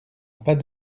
pas